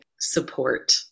support